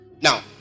now